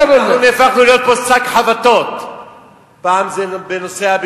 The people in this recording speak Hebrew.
אתה חושב שאם חודשיים, אם אלי ישי,